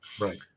right